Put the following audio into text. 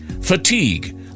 Fatigue